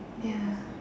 ya